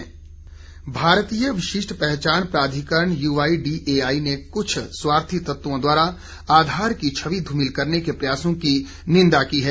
आधार भारतीय विशिष्ट पहचान प्राधिकरण यूआईडीएआई ने कुछ स्वार्थी तत्वों द्वारा आधार की छवि धूमिल करने के प्रयासों की निंदा की है